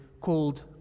called